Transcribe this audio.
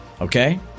okay